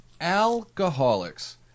Alcoholics